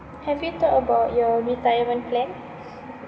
have you thought about your retirement plan